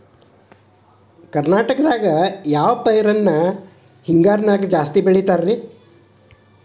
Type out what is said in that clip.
ಕರ್ನಾಟಕದಲ್ಲಿ ಯಾವ ಪೈರನ್ನು ಹಿಂಗಾರಿನಲ್ಲಿ ಜಾಸ್ತಿ ಬೆಳೆಯುತ್ತಾರೆ?